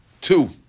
two